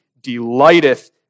delighteth